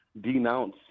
denounce